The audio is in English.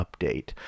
update